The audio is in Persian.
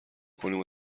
کنیم